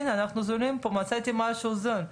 הנה, אנחנו זולים פה, מצאתי משהו זול.